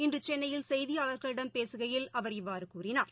இன்றுசென்னையில் செய்தியாளர்களிடம் பேசுகையில் அவர் இவ்வாறுகூறினார்